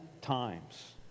times